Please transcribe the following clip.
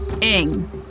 Ing